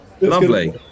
Lovely